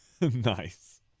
nice